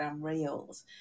Reels